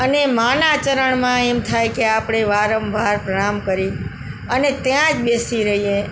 અને માના ચરણમાં એમ થાય કે આપણે વારંવાર પ્રણામ કરી અને ત્યાં જ બેસી રહીએ